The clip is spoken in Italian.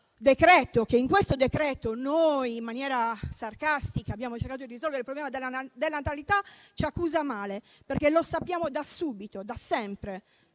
accusa che in questo decreto-legge noi, in maniera sarcastica, abbiamo cercato di risolvere il problema della denatalità, ci accusa male, perché lo sappiamo da subito e da sempre